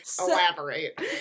elaborate